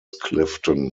clifton